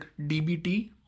DBT